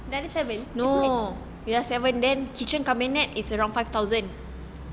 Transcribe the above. the other seven is mine